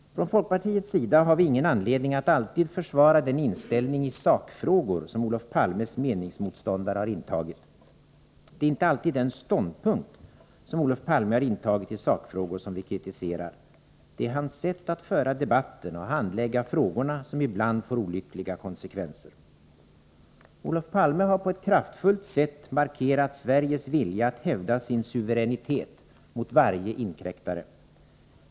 Från folkpartiets sida har vi ingen anledning att alltid försvara den inställning i sakfrågor som Olof Palmes meningsmotståndare har intagit. Det är inte alltid den ståndpunkt som Olof Palme har intagit i sakfrågor som vi kritiserar. Det är hans sätt att föra debatten och handlägga frågorna som ibland får olyckliga konsekvenser. Olof Palme har på ett kraftfullt sätt markerat Sveriges vilja att hävda sin suveränitet mot varje inkräktare.